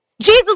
Jesus